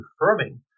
confirming